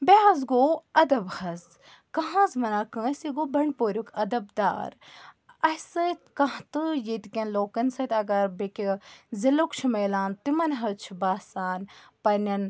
بیٚیہِ حظ گوٚو اَدب حظ کانٛہہ حظ وَنان کٲنٛسہِ یہِ گوٚو بَنٛڈپوریٛک اَدب دار اسہِ سۭتۍ کانٛہہ تہٕ ییٚتہِ کیٚن لوٗکَن سۭتۍ اگر بیٚکہِ ضِلعُک چھُ میلان تِمَن حظ چھُ باسان پننیٚن